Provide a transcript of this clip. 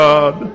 God